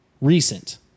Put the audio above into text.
recent